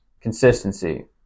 consistency